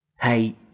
Hey